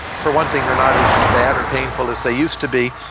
for one thing, they're not as bad or painful as they used to be,